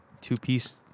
Two-piece